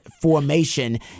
formation